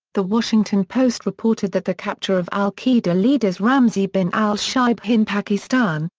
the washington post reported that the capture of al qaeda leaders ramzi bin al-shibh in pakistan,